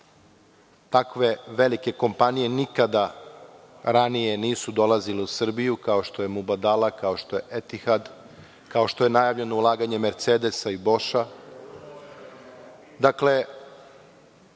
takve velike kompanije nikada ranije nisu dolazile u Srbiju, kao što je „Mubadala“, kao što je „Etihad“, kao što je najavljeno ulaganje „Mercedesa“ i „Boša“. Dakle,